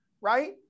right